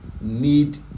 need